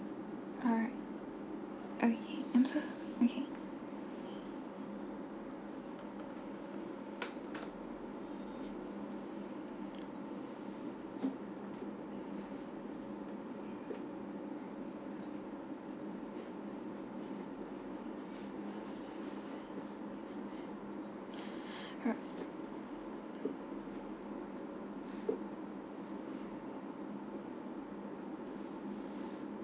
alright okay I am so okay